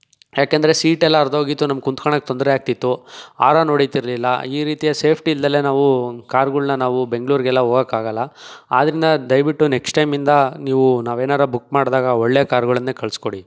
ಏಕೆಂದ್ರೆ ಸೀಟ್ಯೆಲ್ಲ ಹರಿದೋಗಿತ್ತು ನಮ್ಗೆ ಕೂತ್ಕೊಳ್ಳೋಕೆ ತೊಂದರೆ ಆಗ್ತಿತ್ತು ಹಾರನ್ ಹೊಡೀತಿರ್ಲಿಲ್ಲ ಈ ರೀತಿಯ ಸೇಫ್ಟಿ ಇಲ್ಲದಲೇ ನಾವು ಕಾರುಗಳನ್ನ ನಾವು ಬೆಂಗಳೂರಿಗೆಲ್ಲ ಹೋಗೋಕಾಗಲ್ಲ ಆದ್ದರಿಂದ ದಯವಿಟ್ಟು ನೆಕ್ಸ್ಟ್ ಟೈಮ್ಯಿಂದ ನೀವು ನಾವೇನಾರ ಬುಕ್ ಮಾಡಿದಾಗ ಒಳ್ಳೆ ಕಾರುಗಳನ್ನೇ ಕಳ್ಸ್ಕೊಂಡು